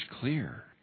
clear